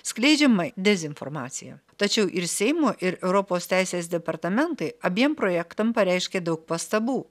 skleidžiama dezinformacija tačiau ir seimo ir europos teisės departamentai abiem projektam pareiškė daug pastabų